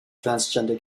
transgender